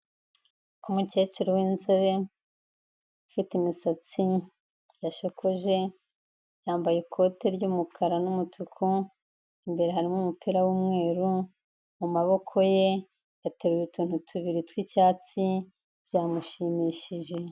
Umukecuru w'inzobe, ufite imisatsi yashokoje, yambaye ikote ry'umukara n'umutuku, imbere harimo umupira w'umweru, mu maboko ye ateruye utuntu tubiri tw'icyatsi byamushimishije.